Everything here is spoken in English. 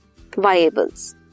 viables